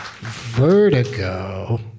Vertigo